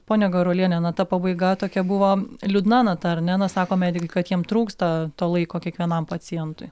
ponia garuoliene na ta pabaiga tokia buvo liūdna nata ar ne na sako medikai kad jiem trūksta to laiko kiekvienam pacientui